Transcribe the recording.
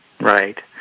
right